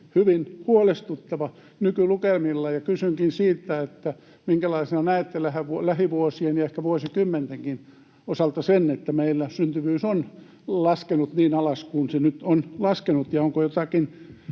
hyvin huolestuttava nykylukemilla. Kysynkin siitä: minkälaisena näette lähivuosien ja ehkä vuosikymmentenkin osalta sen, että meillä syntyvyys on laskenut niin alas kuin se nyt on laskenut,